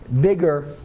bigger